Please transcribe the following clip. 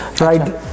right